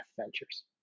ventures